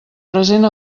present